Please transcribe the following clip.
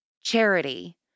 charity